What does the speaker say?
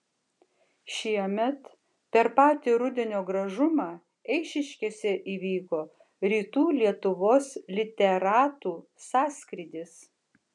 šiemet per patį rudenio gražumą eišiškėse įvyko rytų lietuvos literatų sąskrydis